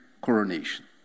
coronation